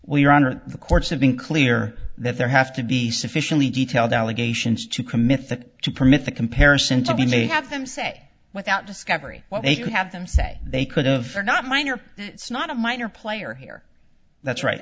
we're under the courts have been clear that there have to be sufficiently detailed allegations to commit that to permit the comparison to be they have them say without discovery well they could have them say they could've or not minor it's not a minor player here that's right